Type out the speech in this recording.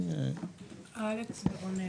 אלכס ורונן.